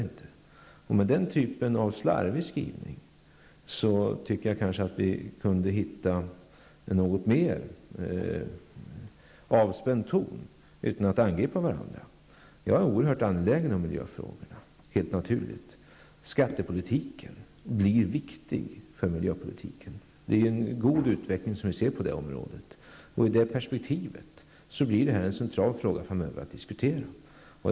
Med tanke på den typen av slarvig skrivning tycker jag kanske att vi kunde försöka komma fram till en något mer avspänd ton, utan att angripa varandra. Jag är helt naturligt oerhört angelägen om miljöfrågorna. Skattepolitiken blir viktig för miljöpolitiken. Det är en god utveckling som vi ser på det området, och i det perspektivet blir det här en central fråga att diskutera framöver.